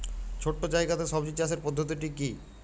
ছোট্ট জায়গাতে সবজি চাষের পদ্ধতিটি কী?